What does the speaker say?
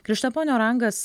krištaponio rangas